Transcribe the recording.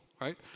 right